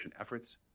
efforts